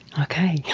okay,